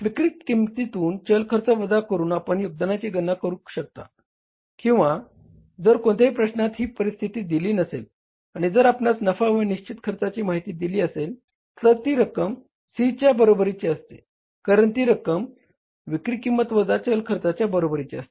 विक्री किंमतीतुन चल खर्च वजा करुन आपण योगदानाची गणना करू शकता किंवा जर कोणत्याही प्रश्नात ही परिस्थिती दिली नसेल आणि जर आपणास नफा व निश्चित खर्चाची माहिती दिली असेल तर ती रक्कम C च्या बरोबरीची असते कारण ती रक्कम विक्री किंमत वजा चल खर्चाच्या बरोबरीची असते